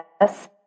yes